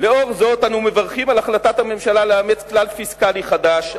לאור זאת אנחנו מברכים על החלטת הממשלה לאמץ כלל פיסקלי חדש,